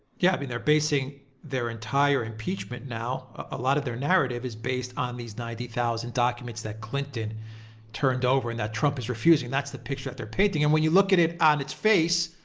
yeah. i mean, they're basing their entire impeachment now a lot of their narrative is based on these ninety thousand documents that clinton turned over and that trump is reusing. that's the picture they're painting, and when you look at it on its face,